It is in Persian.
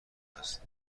است